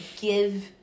give